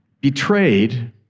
betrayed